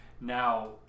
Now